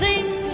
Sing